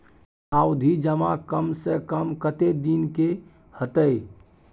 सावधि जमा कम से कम कत्ते दिन के हते?